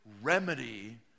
remedy